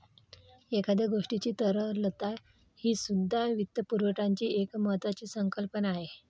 एखाद्या गोष्टीची तरलता हीसुद्धा वित्तपुरवठ्याची एक महत्त्वाची संकल्पना आहे